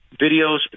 videos